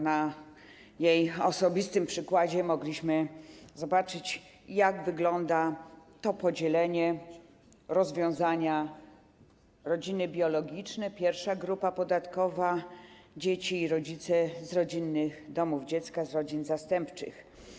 Na jej osobistym przykładzie mogliśmy zobaczyć, jak wygląda to podzielenie, rozwiązanie: rodziny biologiczne - pierwsza grupa podatkowa, dzieci i rodzice z rodzinnych domów dziecka, z rodzin zastępczych.